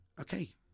Okay